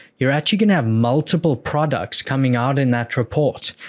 you're actually going to have multiple products coming out in that report.